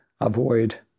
avoid